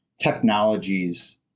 technologies